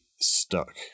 stuck